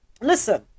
listen